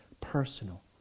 personal